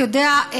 אתה יודע,